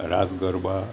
રાસ garba